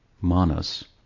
manas